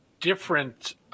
different